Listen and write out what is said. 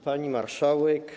Pani Marszałek!